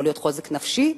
יכול להיות חוזק נפשי,